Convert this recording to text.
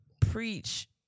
preach